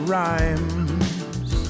rhymes